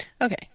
Okay